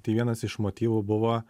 tai vienas iš motyvų buvo